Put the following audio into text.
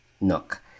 nook